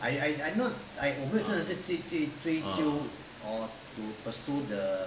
uh